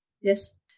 yes